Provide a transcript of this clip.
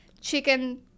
chicken